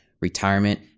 retirement